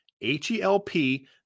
H-E-L-P